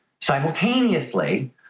Simultaneously